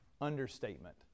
understatement